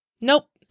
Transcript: Nope